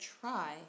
try